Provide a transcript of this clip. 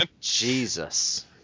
Jesus